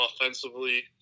offensively